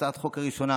הצעת החוק הראשונה,